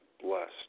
blessed